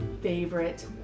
favorite